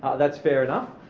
that's fair enough.